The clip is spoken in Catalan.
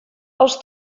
els